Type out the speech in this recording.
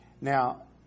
Now